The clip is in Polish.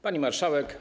Pani Marszałek!